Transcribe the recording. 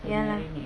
ya lah